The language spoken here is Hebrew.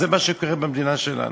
זה מה שקורה במדינה שלנו.